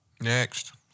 Next